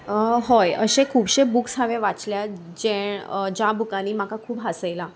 हय अशे खुबशे बुक्स हांवें वाचल्यात जे ज्या बुकांनी म्हाका खूब हसयलां